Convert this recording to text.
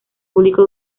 público